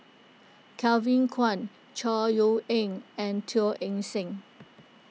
Kevin Kwan Chor Yeok Eng and Teo Eng Seng